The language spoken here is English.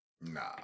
Nah